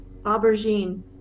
Aubergine